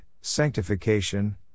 sanctification